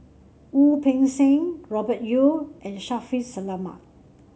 Wu Peng Seng Robert Yeo and Shaffiq Selamat